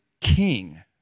king